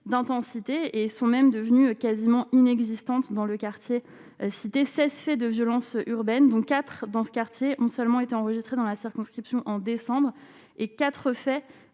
d'intensité et sont même devenues quasiment inexistantes dans le quartier, cité 16 faits de violence urbaine dont quatre dans ce quartier ont seulement été enregistrés dans la circonscription en décembre et quatre